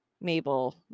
Mabel